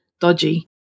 dodgy